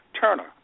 Turner